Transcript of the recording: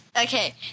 okay